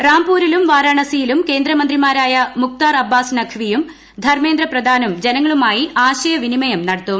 റാംപൂരിലും വാരാണസിയിലും കേന്ദ്രമന്ത്രിമാരായ മുഖ്താർ അബ്ബാസ് നഖ്വിയും ധർമ്മേന്ദ്ര പ്രഥാനും ജനങ്ങളുമായി ആശയവിനിയമം നടത്തും